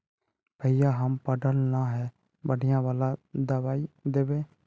भैया हम पढ़ल न है बढ़िया वाला दबाइ देबे?